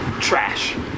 trash